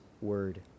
word